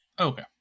Okay